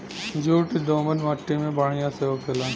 jute दोमट मट्टी में बढ़िया से होखेला